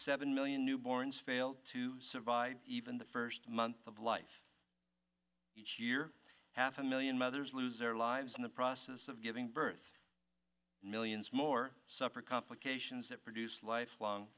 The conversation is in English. million newborns fail to survive even the first month of life each year half a million mothers lose their lives in the process of giving birth millions more suffer complications that produce lifelong